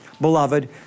beloved